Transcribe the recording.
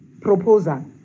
proposal